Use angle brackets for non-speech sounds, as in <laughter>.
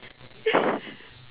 <laughs>